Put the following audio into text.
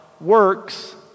works